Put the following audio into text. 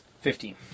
Fifteen